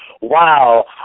Wow